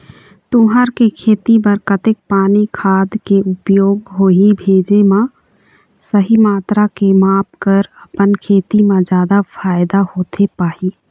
तुंहर के खेती बर कतेक पानी खाद के उपयोग होही भेजे मा सही मात्रा के माप कर अपन खेती मा जादा फायदा होथे पाही?